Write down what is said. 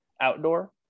outdoor